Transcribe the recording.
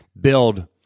build